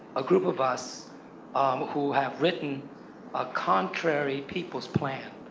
a group of us um who have written a contrary peoples plan.